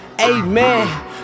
amen